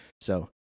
So-